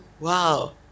Wow